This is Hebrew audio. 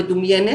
"מדומיינת,